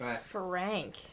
Frank